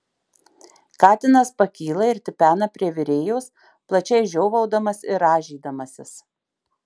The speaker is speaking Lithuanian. katinas pakyla ir tipena prie virėjos plačiai žiovaudamas ir rąžydamasis